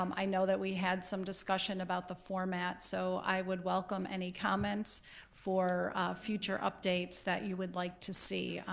um i know that we had some discussion about the format, so i would welcome any comments for future updates that you would like to see.